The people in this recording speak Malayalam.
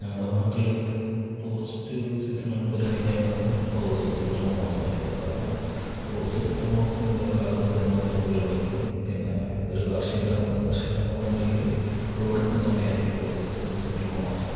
ഞങ്ങളുടെ നാട്ടില് ടൂറിസ്റ്റ് സീസണ് ആയിട്ട് പരിഗണിക്കാവുന്നത് ഓഗസ്റ്റ് സെപ്റ്റംബർ മാസം ആയിരിക്കും കാരണം ഓഗസ്റ്റ് സെപ്റ്റംബര് മാസം ഇവിടെ കാലാവസ്ഥ ഒരുമാതിരി അനുകൂലമായിരിക്കും പിന്നെ ഇതൊരു കാര്ഷിക ഗ്രാമമാണ് കാര്ഷിക ഗ്രാമമെന്ന നിലയില് വിളവെടുപ്പിന്റെ സമയം ആയിരിക്കും ഓഗസ്റ്റ് സെപ്റ്റംബര് മാസം